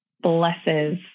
blesses